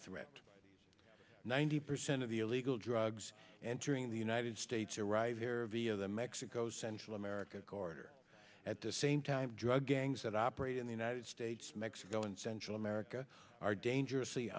threat ninety percent of the illegal drugs entering the united states arrive here via the mexico central america corridor at the same time drug gangs that operate in the united states mexico and central america are dangerous